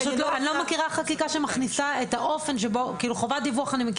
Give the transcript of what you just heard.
אני מכירה חקיקה עם חובת דיווח אבל אני לא